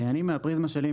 אני מהפריזמה שלי,